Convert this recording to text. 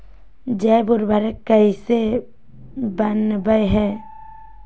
जैव उर्वरक कैसे वनवय हैय?